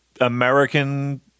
American